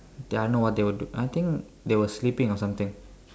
ya I know what they were do~ I think they were sleeping or something